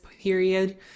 period